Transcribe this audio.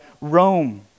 Rome